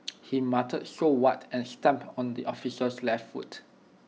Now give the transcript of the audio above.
he muttered so what and stamped on the officer's left foot